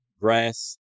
grass